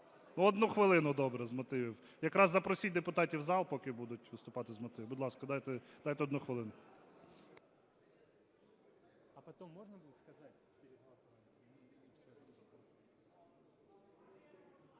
Одну хвилину, добре, з мотивів. Якраз запросіть депутатів в зал, поки будуть виступати з мотивів. Будь ласка, дайте одну хвилину.